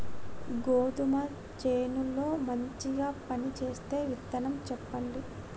గోధుమ చేను లో మంచిగా పనిచేసే విత్తనం చెప్పండి?